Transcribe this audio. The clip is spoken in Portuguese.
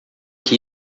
que